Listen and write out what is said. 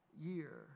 year